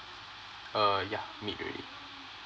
uh yeah medium